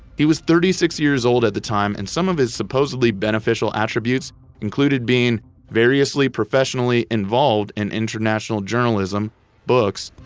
he was thirty six years old at the time and some of his supposedly beneficial attributes included being variously professionally involved in international journalism books,